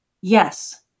Yes